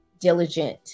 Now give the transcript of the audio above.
diligent